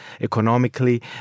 economically